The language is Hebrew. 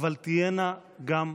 אבל תהיינה גם הסכמות.